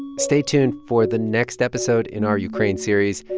stay tuned for the next episode in our ukraine series,